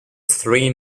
three